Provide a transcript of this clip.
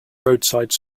roadside